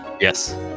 Yes